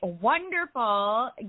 wonderful